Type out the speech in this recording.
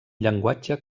llenguatge